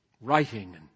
Writing